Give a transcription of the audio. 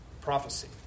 prophecy